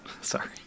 Sorry